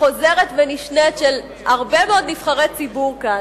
חוזרת ונשנית של הרבה מאוד נבחרי ציבור כאן,